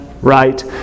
right